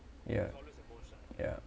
ya ya